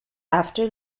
after